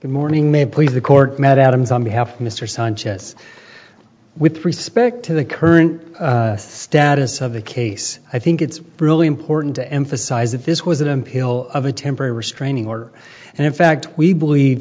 that morning may please the court matt adams on behalf mr sanchez with respect to the current status of the case i think it's really important to emphasize that this was a temp ill of a temporary restraining order and in fact we believe